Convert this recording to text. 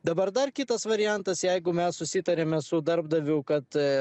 dabar dar kitas variantas jeigu mes susitarėme su darbdaviu kad